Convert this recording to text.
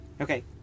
okay